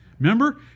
Remember